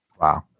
Wow